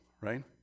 right